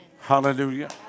Hallelujah